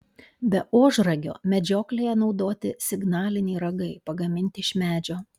be ožragio medžioklėje naudoti signaliniai ragai pagaminti iš medžio